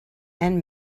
and